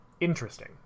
interesting